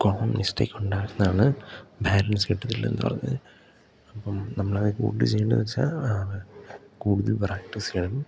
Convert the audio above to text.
common mistake ഉണ്ടായിരുന്നാണ് balance കിട്ടത്തില്ല എന്നു പറഞ്ഞത് അപ്പം നമ്മൾ അത് കൂടുതൽ ചെയ്യേണ്ടെന്നു വെച്ചാൽ കൂടുതൽ പ്രാക്ടീസ് ചെയ്യണം